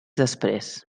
després